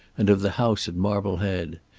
and of the house at marblehead.